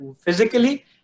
physically